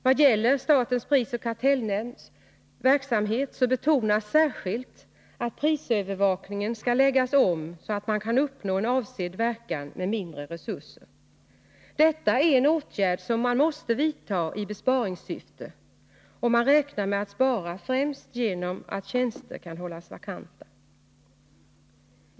Vad gäller SPK betonas särskilt att prisövervakningen skall läggas om så att man kan uppnå en avsedd verkan med mindre resurser. Detta är en åtgärd som måste vidtas i besparingssyfte, och man räknar med att spara främst genom att tjänster hålls vakanta.